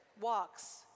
walks